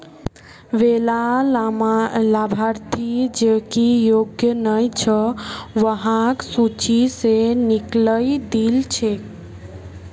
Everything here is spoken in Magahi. वैला लाभार्थि जेको योग्य नइ छ वहाक सूची स निकलइ दिल छेक